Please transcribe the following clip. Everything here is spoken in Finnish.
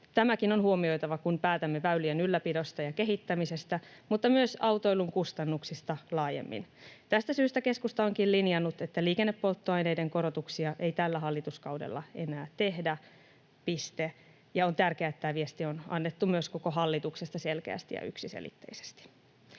Tämäkin on huomioitava, kun päätämme väylien ylläpidosta ja kehittämisestä mutta myös autoilun kustannuksista laajemmin. Tästä syystä keskusta onkin linjannut, että liikennepolttoaineiden veronkorotuksia ei tällä hallituskaudella enää tehdä — piste — ja on tärkeää, että tämä viesti on annettu myös koko hallituksesta selkeästi ja yksiselitteisesti.